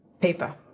Paper